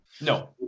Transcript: No